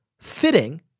fitting